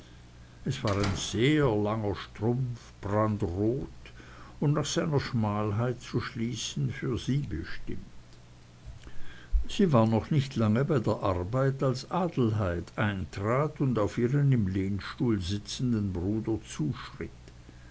es war ein sehr langer strumpf brandrot und nach seiner schmalheit zu schließen für sie selbst bestimmt sie war noch nicht lange bei der arbeit als adelheid eintrat und auf ihren im lehnstuhl sitzenden bruder zuschritt